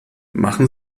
machen